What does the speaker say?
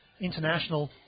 international